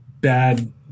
bad